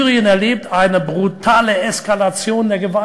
האביב הערבי הוביל למשברים